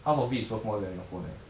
half of it is worth more than your phone leh